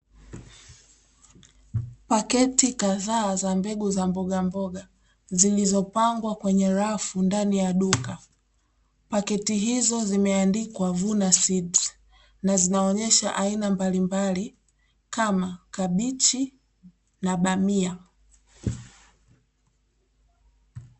Pakiti kadhaa za mbegu za mbogamboga zilizopangwa kwenye rafu ndani ya duka, pakiti hizo zimeandikwa ''Vuna seeds'' na zinaonyesha aina mbalimbali kama kabichina na bamia.